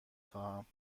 خواهم